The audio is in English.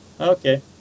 Okay